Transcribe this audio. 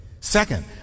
Second